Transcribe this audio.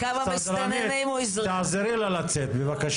כמה מסתננים הוא איזרח.